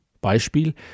Beispiel